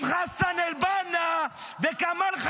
-- עם חסן אל-בנא וכמאל ח'טיב.